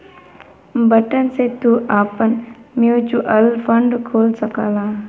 button से तू आपन म्युचुअल फ़ंड खोल सकला